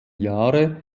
jahre